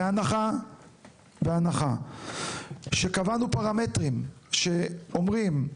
בהנחה שקבענו פרמטרים שאומרים,